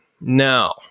Now